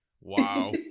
Wow